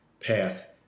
path